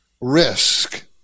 risk